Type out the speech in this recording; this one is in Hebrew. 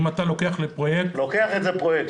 אם אתה לוקח את זה כפרויקט --- לוקח את זה כפרויקט,